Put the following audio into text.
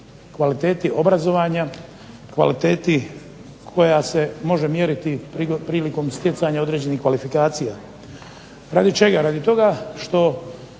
kvaliteti obrazovanja, kvaliteti koja se može mjeriti prilikom stjecanja određenih kvalifikacija. Radi čega? Radi toga što